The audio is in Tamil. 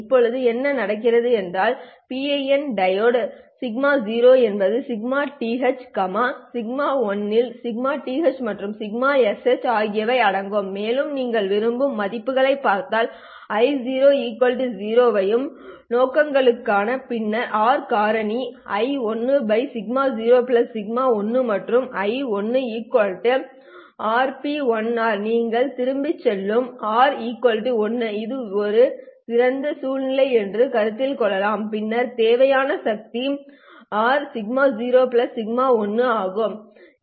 இப்போது என்ன நடக்கிறது என்றால் PIN டையோடு σ0 என்பது σth σ1 இல் σth மற்றும் σsh ஆகியவை அடங்கும் மேலும் நீங்கள் விரும்பும் மதிப்புகளைப் பார்த்தால் I0 0 ஐயும் நோக்கங்களுக்காக பின்னர் γ காரணி I1 σ0 σ1 மற்றும் I1 RP1r நீங்கள் திரும்பிச் சென்று R 1 இது ஒரு சிறந்த சூழ்நிலை என்று கருதிக் கொள்ளலாம் பின்னர் தேவையான சக்தி γ σ0 σ1 சரி